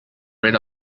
rid